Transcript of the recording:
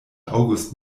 august